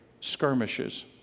skirmishes